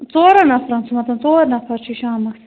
ژورَن نَفرَن چھُ مطلب ژور نَفَر چھُ شامَس